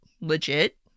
legit